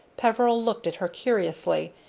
peveril looked at her curiously,